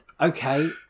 Okay